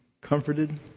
comforted